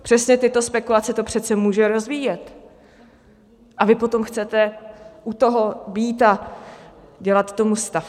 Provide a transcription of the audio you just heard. Přesně tyto spekulace to přece může rozvíjet a vy potom chcete u toho být a dělat tomu stafáž.